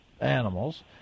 animals